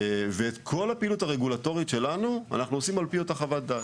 ואת כל הפעילות הרגולטורית שלנו אנחנו עושים על פי אותה חוות דעת.